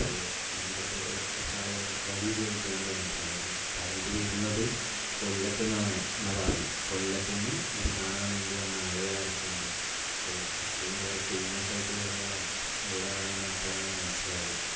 അപ്പോൾ ഞങ്ങളുടെയടുത്ത് ഒരു കുറച്ച് ആളുകൾ വഴി ചോദിക്കാൻ വേണ്ടി വന്നിട്ടുണ്ടായിരുന്നു അപ്പോൾ അവര് വരുന്നത് കൊല്ലത്തുനിന്നാണെന്നാ പറഞ്ഞത് കൊല്ലത്ത് നിന്ന് ഇത് കാണാൻ വേണ്ടി വന്ന ആളുകളടക്കം ഉണ്ട് അപ്പോൾ അത്രയും കുറേ ഫേമസായിട്ട് കുറേ ഉള്ള വേലകളാണെന്ന് അപ്പോഴാണ് മനസ്സിലായത്